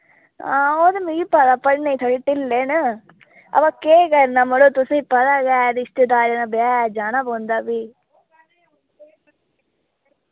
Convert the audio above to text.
हां ओह् ते मिगी पता पढ़ने थोह्ड़े ढिल्ले न हां वा केह् करना मड़ो तुसें पता गै रिश्तेदारें दा ब्याह ह् जाना पौंदा फ्ही